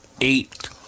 eight